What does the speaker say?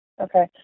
Okay